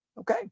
Okay